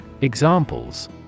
Examples